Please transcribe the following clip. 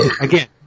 Again